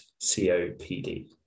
COPD